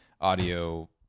audio